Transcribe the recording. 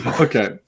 Okay